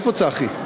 איפה צחי?